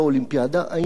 היינו מנצחים.